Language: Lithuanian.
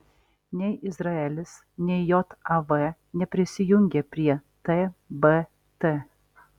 nei izraelis nei jav neprisijungė prie tbt